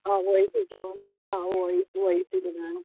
हा उहो ई पई चवां न हा उहो ई